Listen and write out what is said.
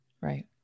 Right